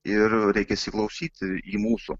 ir reikia įsiklausyti į mūsų